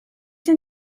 sydd